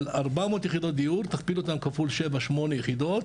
400 יחידות תכפיל אותן כפול 7-8 יחידות.